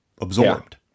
absorbed